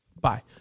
Bye